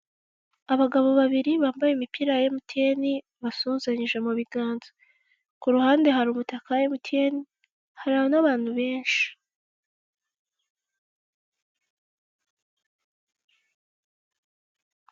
Abagab babiri bambaye imipira ya emutiyeni basuhuzanyije mu biganza, kuruhande hari umutaka wa emutiyeni hari n'abantu benshi.